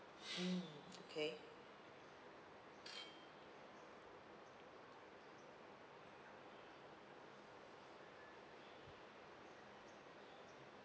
mm okay